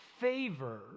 favor